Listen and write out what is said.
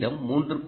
என்னிடம் 3